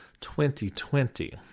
2020